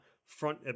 Front